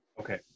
Okay